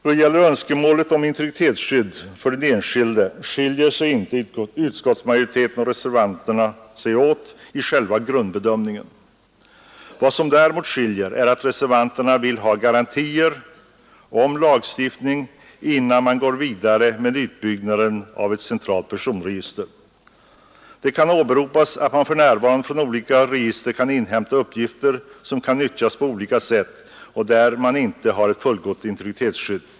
Då det gäller önskemålet om integritetsskydd för den enskilde skiljer sig inte utskottsmajoriteten och reservanterna åt i själva grundbedömningen. Vad som däremot skiljer är att reservanterna vill ha garantier om lagstiftning, innan man går vidare med utbyggnaden av ett centralt personregister. Det kan åberopas att man för närvarande från olika register kan inhämta uppgifter som kan nyttjas på olika sätt, och där har man inte ett fullgott integritetsskydd.